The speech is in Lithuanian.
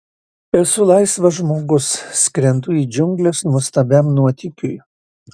esu laisvas žmogus skrendu į džiungles nuostabiam nuotykiui